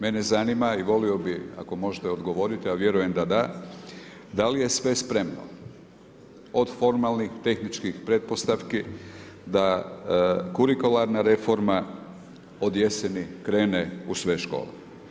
Mene zanima i volio bi ako možete odgovoriti, a vjerujem da da, da li je sve spremno od formalnih, tehničkih pretpostavki da kurikularna reforma, od jeseni krene u sve škole?